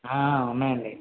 ఉన్నాయండి